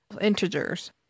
integers